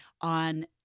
on